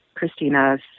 Christina's